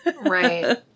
Right